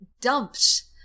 dumps